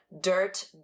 dirt